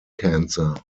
cancer